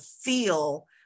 feel